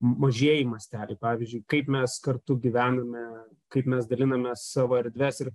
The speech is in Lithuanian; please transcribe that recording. mažieji masteliai pavyzdžiui kaip mes kartu gyvename kaip mes dalinamės savo erdves ir